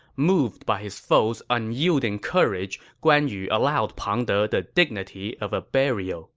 moved by his foe's unyielding courage, guan yu allowed pang de the dignity of a burial